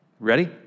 ready